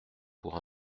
pour